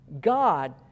God